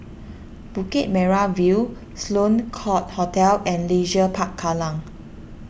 Bukit Merah View Sloane Court Hotel and Leisure Park Kallang